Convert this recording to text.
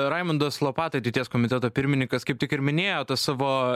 raimundas lopata ateities komiteto pirmininkas kaip tik ir minėjo tą savo